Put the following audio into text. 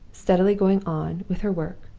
steadily going on with her work.